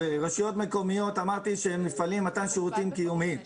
אמרתי שרשויות מקומיות הן מפעלים למתן שירותים קיומיים,